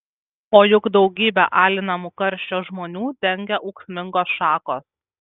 o juk daugybę alinamų karščio žmonių dengia ūksmingos šakos